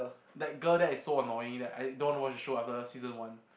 that girl that is so annoying that I don't want to watch that show after season one